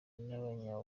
n’abanya